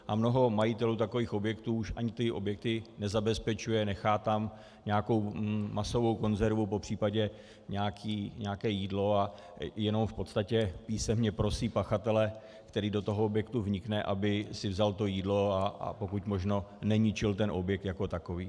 A mnoho majitelů takových objektů už ani ty objekty nezabezpečuje, nechá tam nějakou masovou konzervu, popřípadě nějaké jídlo a jenom písemně prosí pachatele, který do toho objektu vnikne, aby si vzal to jídlo a pokud možno neničil ten objekt jako takový.